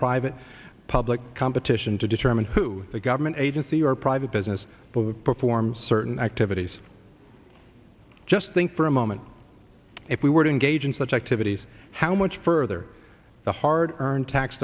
private public competition to determine who the government agency or private business but would perform certain activities just think for a moment if we were to engage in such activities how much further the hard earned tax